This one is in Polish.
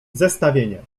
zestawienie